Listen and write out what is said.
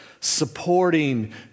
supporting